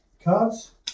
cards